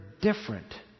different